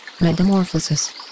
Metamorphosis